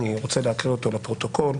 אני רוצה להקריא אותו לפרוטוקול.